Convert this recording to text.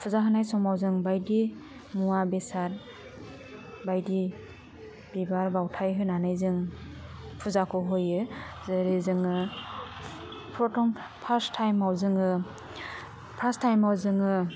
फुजा होनाय समाव जों बायदि मुवा बेसाद बायदि बिबार बावथाइ होनानै जों फुजाखौ होयो जेरै जोङो फ्रथम फास थाइमाव जोङो फास थाइमाव जोङो